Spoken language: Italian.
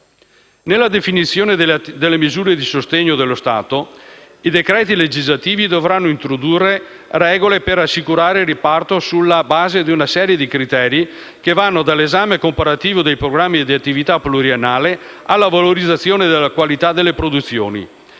Nella definizione delle misure di sostegno dello Stato, i decreti legislativi dovranno introdurre regole per assicurare il riparto sulla base di una serie di criteri che vanno dell'esame comparativo dei programmi di attività pluriennale, alla valorizzazione della qualità delle produzioni.